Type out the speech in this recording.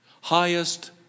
Highest